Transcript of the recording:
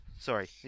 Sorry